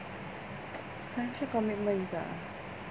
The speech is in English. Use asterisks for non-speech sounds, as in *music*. *noise* financial commitments ah